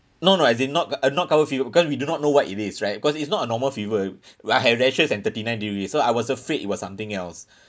no no as in not uh not cover fever because we do not know what it is right cause it's not a normal fever I have rashes and thirty nine degree so I was afraid it was something else